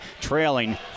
trailing